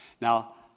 Now